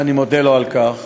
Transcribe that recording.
ואני מודה לו על כך,